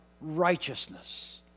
righteousness